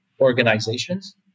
organizations